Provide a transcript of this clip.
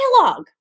dialogue